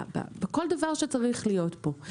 בכל דבר שצריך להיות פה.